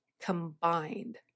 combined